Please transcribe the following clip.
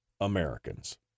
Americans